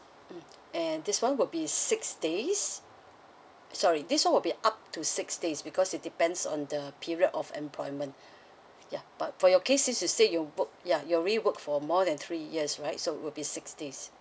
mm and this one will be six days sorry this [one] will be up to six days because it depends on the period of employment ya but for your case since you said you worked ya you already worked for more than three years right so will be six days